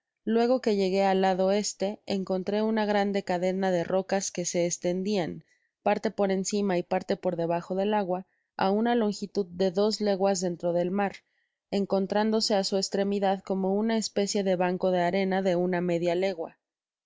luego que llegué al lado del este encontré una grande cadena de rocas que se estendian parte por encima y parte por debajo del agua á una longitud de dos leguas dentro del mar encontrándose á su estremidad como una especie de banco de arena de una media legua